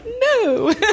No